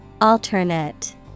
Alternate